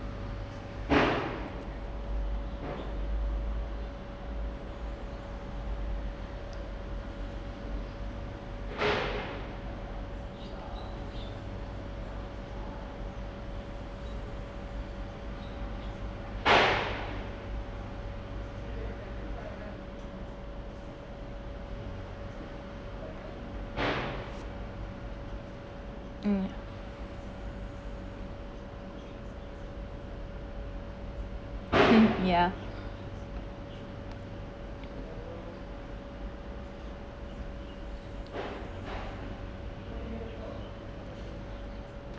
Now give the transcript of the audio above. um ya